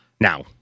Now